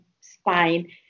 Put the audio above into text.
spine